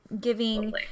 giving